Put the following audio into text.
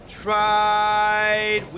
Tried